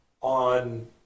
On